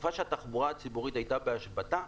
בתקופה שהתחבורה הציבורית הייתה בהשבתה,